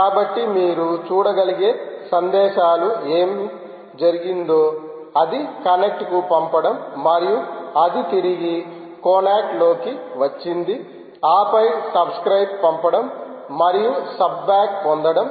కాబట్టి మీరు చూడగలిగే సందేశాలు ఏమి జరిగిందో అది కనెక్ట్కు పంపడం మరియు అది తిరిగి కొనాక్లోకి వచ్చింది ఆపై సబ్స్క్రయిబ్ పంపడం మరియు సబ్బ్యాక్ పొందడం